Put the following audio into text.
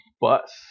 bus